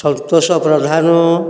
Santosh Pradhan